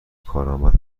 کارآمد